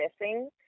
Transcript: missing